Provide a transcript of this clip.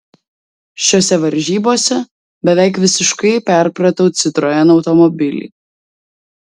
šiose varžybose beveik visiškai perpratau citroen automobilį